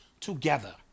together